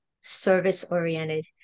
service-oriented